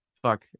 fuck